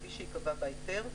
כפי שייקבע בהיתר,